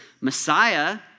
Messiah